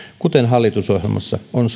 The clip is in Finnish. kuten hallitusohjelmassa on